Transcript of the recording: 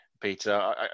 Peter